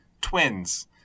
twins